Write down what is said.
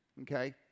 okay